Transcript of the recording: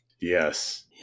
Yes